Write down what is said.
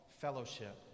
fellowship